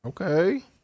Okay